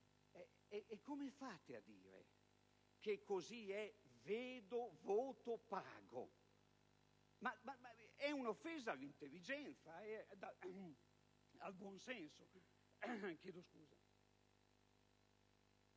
E come fate a dire che così è «vedo, voto, pago»? È un'offesa all'intelligenza e al buonsenso!